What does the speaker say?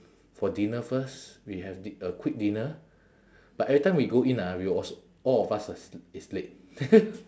for dinner first we have di~ a quick dinner but every time we go in ah we all s~ all of us us is late